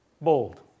bold